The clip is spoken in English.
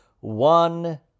One